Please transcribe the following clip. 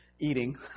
eating